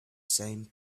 same